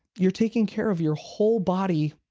you're taking care of your whole body.